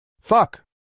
Fuck